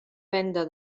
venda